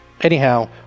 Anyhow